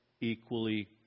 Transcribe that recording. equally